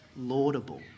laudable